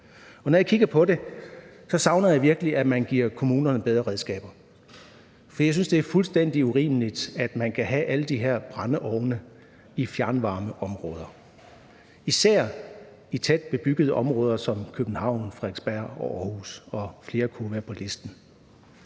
Og når jeg kigger på det, savner jeg virkelig, at man giver kommunerne bedre redskaber. For jeg synes, det er fuldstændig urimeligt, at man kan have alle de her brændeovne i fjernvarmeområder. Især i tæt bebyggede områder som København, Frederiksberg, Aarhus og flere på listen.